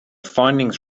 findings